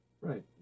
Right